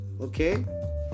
Okay